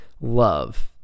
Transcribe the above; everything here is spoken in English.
love